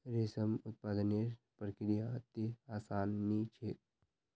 रेशम उत्पादनेर प्रक्रिया अत्ते आसान नी छेक